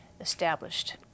established